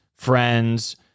friends